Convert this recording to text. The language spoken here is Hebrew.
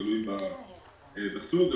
תלוי בסוג,